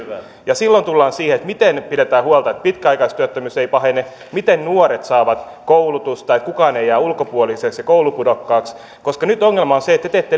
ja silloin tullaan siihen miten pidetään huolta että pitkäaikaistyöttömyys ei pahene miten nuoret saavat koulutusta ja kukaan ei jää ulkopuoliseksi ja koulupudokkaaksi koska nyt ongelma on se että te teette